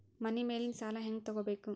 ಮನಿ ಮೇಲಿನ ಸಾಲ ಹ್ಯಾಂಗ್ ತಗೋಬೇಕು?